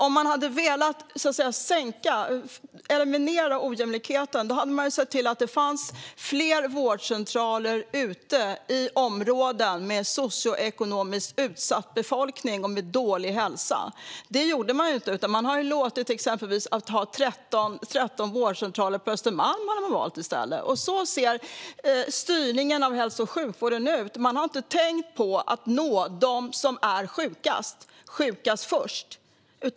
Om man hade velat eliminera ojämlikheten hade man sett till att det fanns fler vårdcentraler i områden med socioekonomiskt utsatt befolkning och med dålig hälsa. Men det gjorde man inte. I stället har man valt att exempelvis ha 13 vårdcentraler på Östermalm. Så ser styrningen av hälso och sjukvården ut. Man har inte tänkt på att nå dem som är sjukast först.